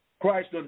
Christ